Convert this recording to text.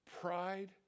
pride